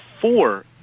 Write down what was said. four